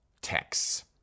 texts